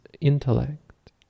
intellect